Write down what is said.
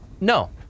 No